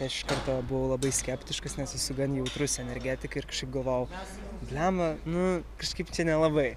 iš karto buvau labai skeptiškas nes esu gan jautrus energetikai ir kažkaip galvojau blemba nu kažkaip čia nelabai